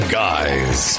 guys